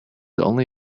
only